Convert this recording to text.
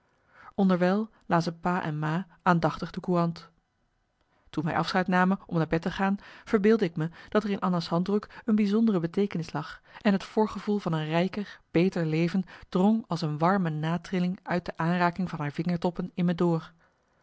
onderwijl lazen pa en ma aandachtig de courant toen wij afscheid namen om naar bed te gaan verbeeldde ik me dat er in anna's handdruk een bijzondere beteekenis lag en het voorgevoel van een rijker beter leven drong als een warme natrilling uit de aanraking van haar vingertoppen in me door